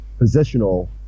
positional